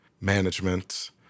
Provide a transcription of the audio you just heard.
management